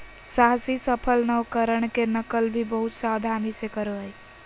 साहसी सफल नवकरण के नकल भी बहुत सावधानी से करो हइ